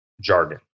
jargon